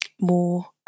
more